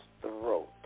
throat